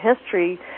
history